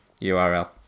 URL